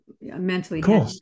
mentally